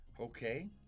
Okay